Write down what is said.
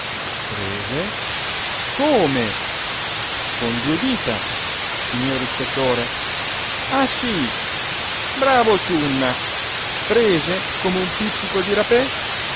prese come con due dita signor ispettore ah sí bravo ciunna prese come un pizzico di rapé